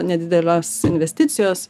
nedidelios investicijos